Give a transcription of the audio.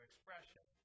expression